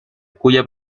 cuya